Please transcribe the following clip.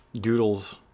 Doodles